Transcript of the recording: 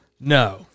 No